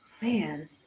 Man